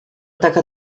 taka